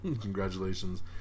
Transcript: Congratulations